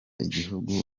igihugu